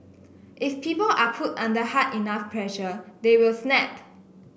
if people are put under hard enough pressure they will snap